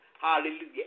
Hallelujah